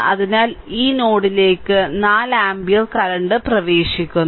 അതിനാൽ ഈ നോഡിലേക്ക് 4 ആമ്പിയർ കറന്റ് പ്രവേശിക്കുന്നു